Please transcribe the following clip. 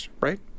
right